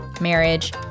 marriage